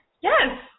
yes